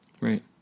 Right